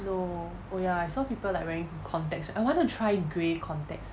no oh ya I saw some people like wearing contacts I want to try grey contacts